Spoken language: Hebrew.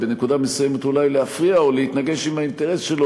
ובנקודה מסוימת אולי להפריע או להתנגש עם האינטרס שלו,